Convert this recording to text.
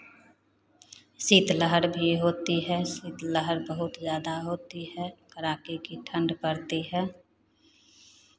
शीत लहर भी होती है शीत लहर बहुत ज़्यादा होती है कड़ाके की ठंड पड़ती है